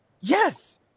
yes